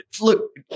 look